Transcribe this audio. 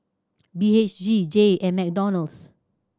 B H G Jay and McDonald's